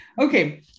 Okay